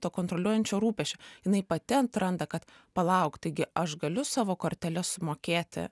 to kontroliuojančio rūpesčio jinai pati atranda kad palauk taigi aš galiu savo kortele sumokėti